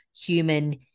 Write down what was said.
human